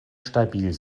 stabil